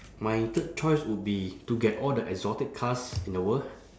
my third choice would be to get all the exotic cars in the world